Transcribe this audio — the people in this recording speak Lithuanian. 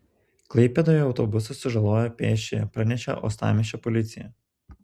klaipėdoje autobusas sužalojo pėsčiąją pranešė uostamiesčio policija